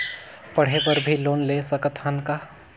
पढ़े बर भी लोन ले सकत हन का?